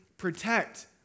protect